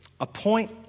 appoint